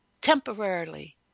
temporarily